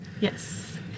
Yes